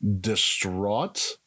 distraught